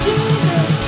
Jesus